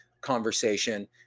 conversation